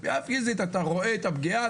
בפגיעה פיזית אתה רואה את הפגיעה,